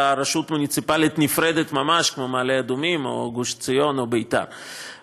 לרשות מוניציפלית נפרדת ממש כמו מעלה אדומים או גוש עציון או ביתר,